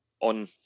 on